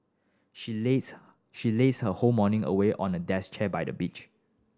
she lazed she lazed her whole morning away on a desk chair by the beach